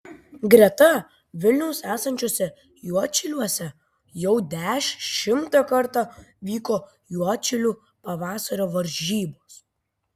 greta vilniaus esančiuose juodšiliuose jau dešimtą kartą vyko juodšilių pavasario varžybos